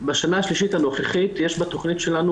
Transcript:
בשנה השלישית הנוכחית יש בתכנית שלנו,